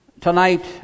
tonight